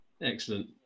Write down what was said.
Excellent